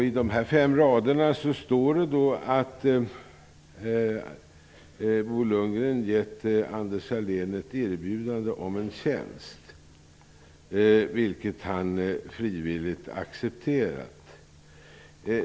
I de här fem raderna står det att Bo Lundgren gett Anders Sahlén ett erbjudande om en tjänst, vilket denne frivilligt accepterat.